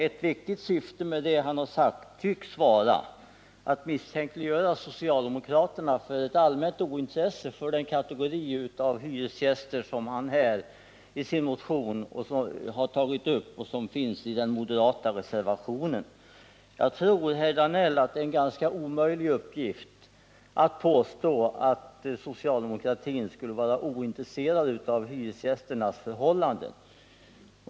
Ett viktigt syfte med vad han sagt tycks vara att misstänkliggöra socialdemokraterna för ett allmänt ointresse för den kategori av hyresgäster som herr Danell tagit upp i sin motion, vilken fullföljs i den moderata reservationen. Jag tror, herr Danell, att det är en ganska omöjlig uppgift att göra gällande att socialdemokratin skulle vara ointresserad av hyresgästernas förhållanden.